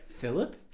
Philip